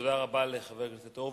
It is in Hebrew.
תודה רבה לחבר הכנסת הורוביץ.